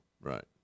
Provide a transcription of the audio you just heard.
Right